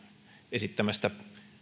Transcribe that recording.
esittämästä